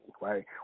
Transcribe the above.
right